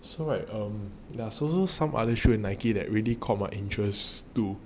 so like erm there's also some other shoes Nike that really caught my interest to